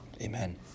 Amen